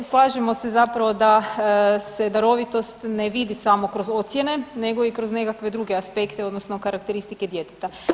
Slažemo se zapravo da se darovitost ne vidi samo kroz ocjene, nego i kroz nekakve druge aspekte odnosno karakteristike djeteta.